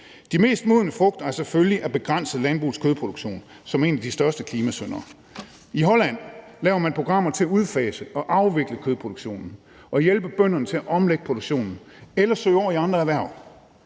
De mest modne frugter er selvfølgelig at begrænse landbrugets kødproduktion, som er en af de største klimasyndere. I Holland laver man programmer til at udfase og afvikle kødproduktionen og hjælpe bønderne til at omlægge produktionen eller søge over i andre erhverv.